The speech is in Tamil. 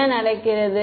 என்ன நடக்கிறது